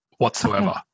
Whatsoever